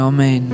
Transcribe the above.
Amen